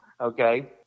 okay